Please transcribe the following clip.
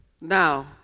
Now